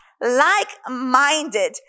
Like-minded